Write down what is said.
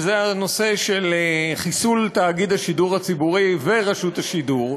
וזה הנושא של חיסול תאגיד השידור הציבורי ורשות השידור.